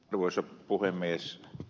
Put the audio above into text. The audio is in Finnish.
arvoisa puhemies